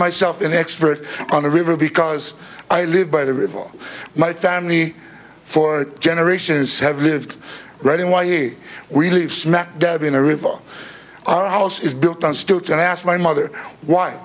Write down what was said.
myself an expert on the river because i live by the river my family for generations have lived right in why we live smack dab in a river our house is built on stilts and i asked my mother why